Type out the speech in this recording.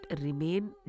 remain